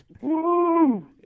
woo